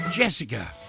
Jessica